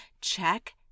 Check